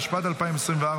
התשפ"ד 2024,